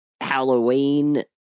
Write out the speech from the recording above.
Halloween